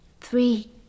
Three